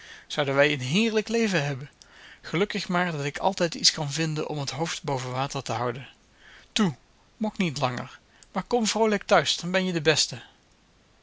zouden wij een heerlijk leven hebben gelukkig maar dat ik altijd iets kan vinden om het hoofd boven water te houden toe mok niet langer maar kom vroolijk thuis dan ben je de beste